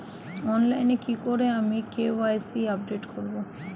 অনলাইনে কি করে আমি কে.ওয়াই.সি আপডেট করব?